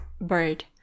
bird